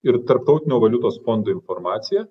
ir tarptautinio valiutos fondo informaciją